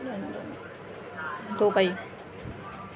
London Dubai